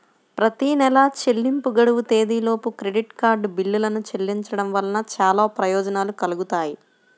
ప్రతి నెలా చెల్లింపు గడువు తేదీలోపు క్రెడిట్ కార్డ్ బిల్లులను చెల్లించడం వలన చాలా ప్రయోజనాలు కలుగుతాయి